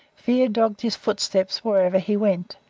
fear dogged his footsteps wherever he went,